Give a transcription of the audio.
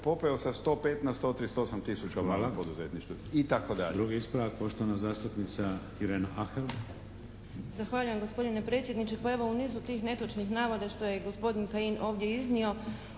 popeo sa 105 na 138 tisuća u malom poduzetništvu